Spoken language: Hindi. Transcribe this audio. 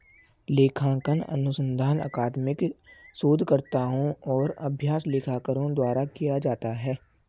लेखांकन अनुसंधान अकादमिक शोधकर्ताओं और अभ्यास लेखाकारों द्वारा किया जाता है